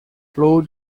blue